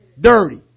dirty